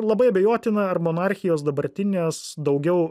labai abejotina ar monarchijos dabartinės daugiau